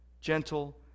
Gentle